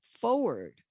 forward